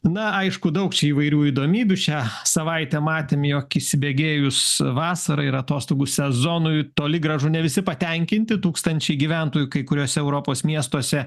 na aišku daug čia įvairių įdomybių šią savaitę matėm jog įsibėgėjus vasarai ir atostogų sezonui toli gražu ne visi patenkinti tūkstančiai gyventojų kai kuriuose europos miestuose